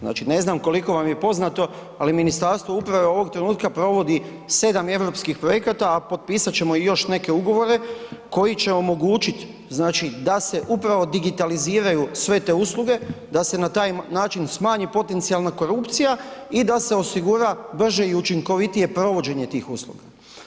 Znači, ne znam koliko vam je poznato, ali Ministarstvo uprave ovog trenutka provodi 7 europskih projekata, a potpisat ćemo i još neke ugovore koji će omogućit, znači, da se upravo digitaliziraju sve te usluge, da se na taj način smanji potencijalna korupcija i da se osigura brže i učinkovitije provođenje tih usluga.